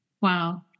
Wow